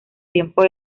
tiempos